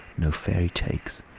no fairy takes,